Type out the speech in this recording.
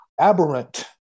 aberrant